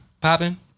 popping